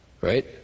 Right